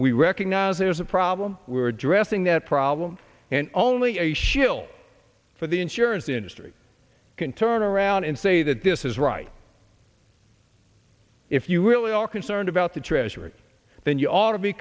we recognize there's a problem we're addressing that problem and only a shill for the insurance industry can turn around and say that this is right if you really are concerned about the treasury then you ought to be